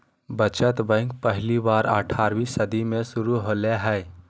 बचत बैंक पहली बार अट्ठारहवीं सदी में शुरू होले हल